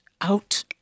out